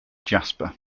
jasper